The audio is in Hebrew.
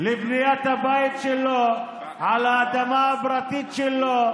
לבניית הבית שלו על האדמה הפרטית שלו,